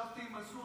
ישבתי עם מנסור.